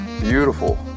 beautiful